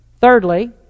Thirdly